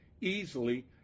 easily